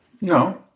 No